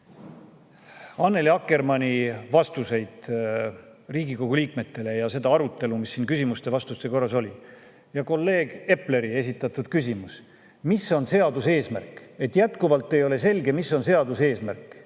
Annely Akkermanni vastuseid Riigikogu liikmetele ja arutelu, mis siin küsimuste-vastuste korras oli. Kolleeg Epler esitas küsimuse, mis on seaduse eesmärk. Jätkuvalt ei ole selge, mis on seaduse eesmärk.